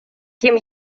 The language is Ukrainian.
ким